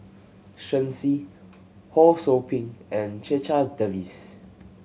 Shen Xi Ho Sou Ping and Checha's Davies